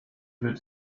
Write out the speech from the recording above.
wird